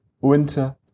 winter